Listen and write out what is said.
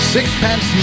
Sixpence